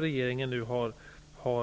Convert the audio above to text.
Regeringen har